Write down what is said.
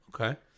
Okay